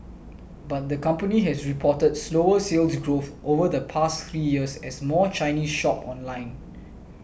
but the company has reported slower Sales Growth over the past three years as more Chinese shop online